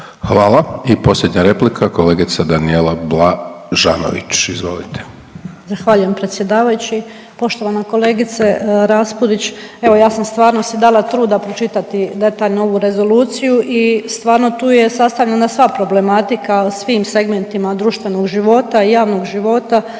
Hvala. I posljednja replika kolegica Danijela Blažanović. Izvolite.